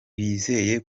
bizeye